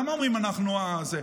למה אומרים שאנחנו זה?